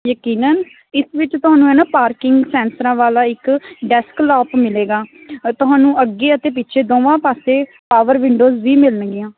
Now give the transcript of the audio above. ਯਕੀਨਨ ਇਸ ਵਿੱਚ ਤੁਹਾਨੂੰ ਹੈ ਨਾ ਪਾਰਕਿੰਗ ਸੈਂਸਰਾਂ ਵਾਲਾ ਇੱਕ ਡੈਸਕਲੋਪ ਮਿਲੇਗਾ ਅ ਤੁਹਾਨੂੰ ਅੱਗੇ ਅਤੇ ਪਿੱਛੇ ਦੋਵਾਂ ਪਾਸੇ ਪਾਵਰ ਵਿੰਡੋਜ ਵੀ ਮਿਲਣਗੀਆਂ